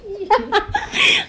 !ee!